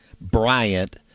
Bryant